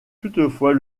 toutefois